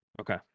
Okay